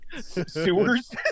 Sewers